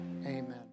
Amen